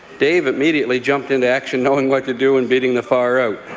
dave immediately jumped into action, knowing what to do, and beating the fire out.